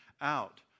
out